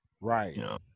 Right